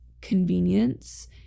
convenience